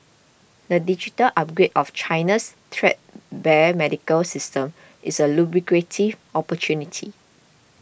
the digital upgrade of China's threadbare medical system is a lucrative opportunity